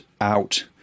out